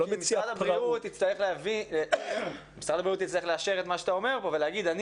משרד הבריאות יצטרך לאשר את מה שאתה אומר כאן ולומר שהוא